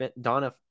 donna